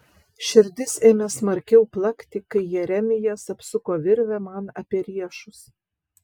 širdis ėmė smarkiau plakti kai jeremijas apsuko virvę man apie riešus